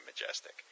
majestic